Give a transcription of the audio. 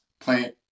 plant